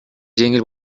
жеңил